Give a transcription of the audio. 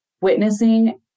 witnessing